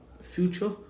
future